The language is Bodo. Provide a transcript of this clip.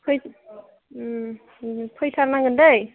फै फैथारनांगोन दै